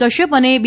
કશ્યપ અને બી